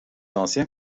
anciens